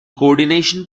coordination